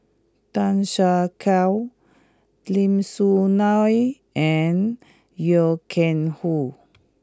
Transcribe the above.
Tan Siak Kew Lim Soo Ngee and Loy Keng Foo